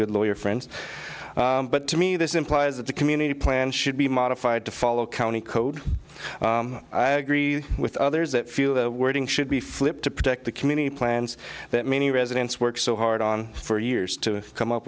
good lawyer friends but to me this implies that the community plan should be modified to follow county code i agree with others that feel the wording should be flipped to protect the community plans that many residents work so hard on for years to come up